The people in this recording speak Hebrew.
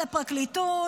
לפרקליטות,